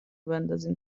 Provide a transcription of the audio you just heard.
بندازیم